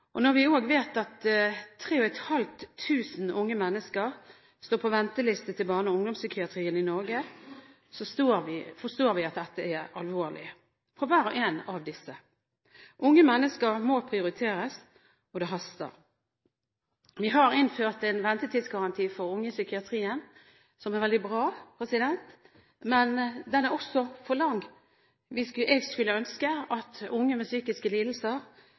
Når vi også vet at 3 500 unge mennesker står på venteliste til barne- og ungdomspsykiatrien i Norge, forstår vi at dette er alvorlig for hver og en av disse. Unge mennesker må prioriteres, og det haster. Vi har innført en ventetidsgaranti for unge i psykiatrien som er veldig bra, men den er også for lang. Jeg skulle ønske at unge med psykiske lidelser